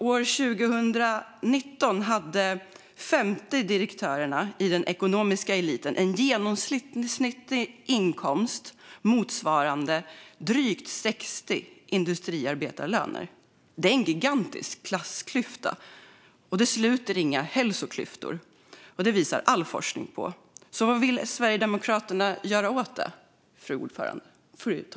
År 2019 hade en direktör i den ekonomiska eliten en lön som motsvarade drygt 60 industriarbetarlöner. En sådan gigantisk klassklyfta sluter inga hälsoklyftor, vilket all forskning visar. Vad vill Sverigedemokraterna göra åt detta?